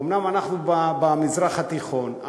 אומנם אנחנו במזרח התיכון,